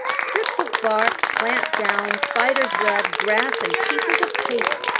strips of bark, plant down, spider's web, grass, and pieces of paper!